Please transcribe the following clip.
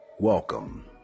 Welcome